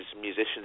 musicians